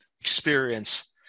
experience